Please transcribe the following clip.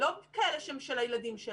לא כאלה של הילדים.